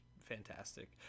fantastic